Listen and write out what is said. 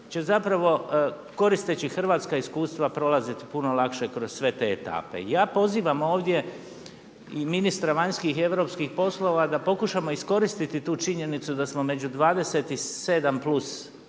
će zapravo koristeći hrvatska iskustva prolaziti puno lakše kroz sve te etape. I ja pozivam ovdje i ministra vanjskih i europskih poslova da pokušamo iskoristiti tu činjenicu da smo među 27+1